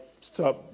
stop